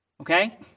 Okay